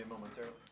momentarily